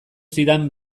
zidan